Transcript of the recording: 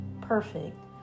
perfect